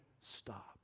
stop